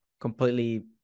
completely